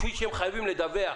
כפי שהם חייבים לדווח